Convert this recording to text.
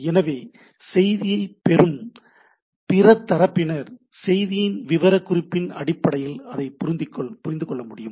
எனவே செய்தியைப் பெறும் பிற தரப்பினர் செய்தியின் விவரக்குறிப்பின் அடிப்படையில் அதை புரிந்துகொள்ள முடியும்